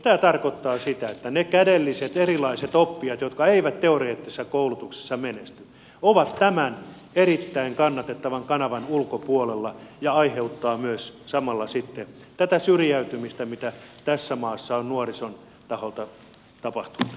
tämä tarkoittaa sitä että ne kädelliset erilaiset oppijat jotka eivät teoreettisessa koulutuksessa menesty ovat tämän erittäin kannatettavan kanavan ulkopuolella ja se aiheuttaa myös samalla sitten tätä syrjäytymistä mitä tässä maassa on nuorison taholta tapahtunut